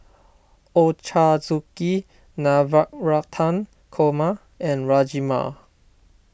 Ochazuke Navratan Korma and Rajma